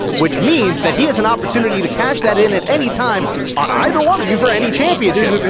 which means that he has an opportunity to cash that in at any time on either one of you for any championship.